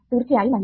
തീർച്ചയായും അല്ല